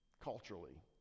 culturally